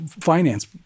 finance